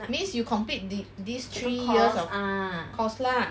means you compete thes~ these three years of course lah